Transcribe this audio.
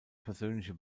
persönliche